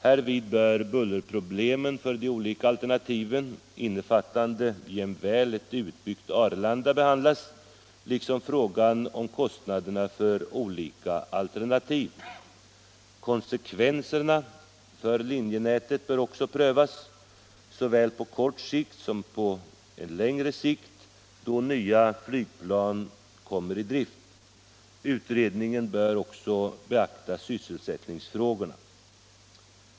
Härvid bör bullerproblemen för de olika alternativen innefattande jämväl ett utbyggt Arlanda behandlas liksom också frågan om kostnaderna för olika alternativ. Konsekvenserna för linjenätet bör också prövas, såväl på kort som på längre sikt, då nya flygplan kommer i drift. Utredningen bör vidare beakta sysselsättningsfrågorna.